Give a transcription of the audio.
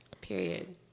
Period